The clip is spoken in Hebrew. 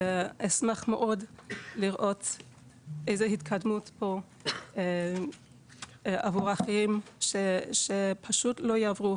ואשמח מאוד לראות איזו התקדמות כאן עבור אחרים שפשוט לא יעברו